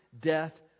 death